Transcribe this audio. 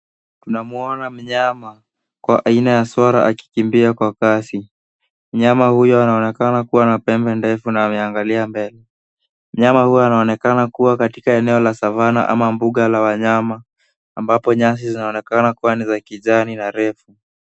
Tunamuona mnyama kwa aina ya swara akikimbia kwa kasi. Mnyama huyo anaonekana kuwa na pembe ndefu na ameangalia mbele. Mnyama huyo anaonekana kuwa katika eneo la savannah ama mbuga la wanyama ambapo nyasi zinaonekana kuwa ni za kijani na refu.